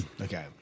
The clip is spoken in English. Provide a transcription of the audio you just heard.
Okay